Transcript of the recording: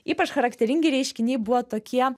ypač charakteringi reiškiniai buvo tokie